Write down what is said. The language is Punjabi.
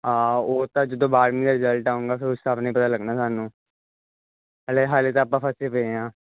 ਹਾਂ ਉਹ ਤਾਂ ਜਦੋਂ ਬਾਰਵੀਂ ਦਾ ਰਿਜ਼ਲਟ ਆਊਂਗਾ ਫਿਰ ਉਸ ਹਿਸਾਬ ਨਾਲ ਹੀ ਪਤਾ ਲੱਗਣਾ ਸਾਨੂੰ ਹਲੇ ਹਾਲੇ ਤਾਂ ਆਪਾਂ ਫਸੇ ਪਏ ਹਾਂ